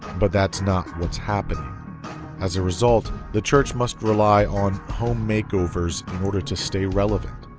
but that's not what's happening as a result the church must rely on home makeovers in order to stay relevant